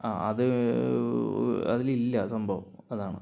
ആ അത് അതിലില്ല സംഭവം അതാണ്